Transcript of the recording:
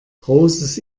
großes